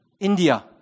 India